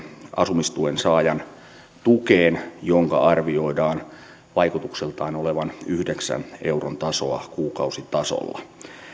asumistuen saajan tukeen ja sen arvioidaan vaikutukseltaan olevan yhdeksän euron tasoa kuukausitasolla